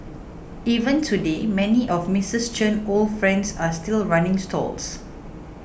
even today many of Missus Chen old friends are still running stalls